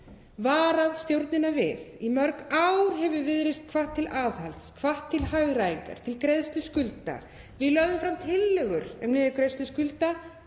varað stjórnina við. Í mörg ár hefur Viðreisn hvatt til aðhalds, hvatt til hagræðingar, til greiðslu skulda. Við lögðum fram tillögur um niðurgreiðslu skulda.